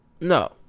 No